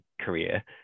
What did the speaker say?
career